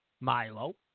Milo